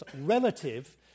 relative